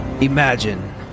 Imagine